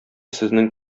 сезнең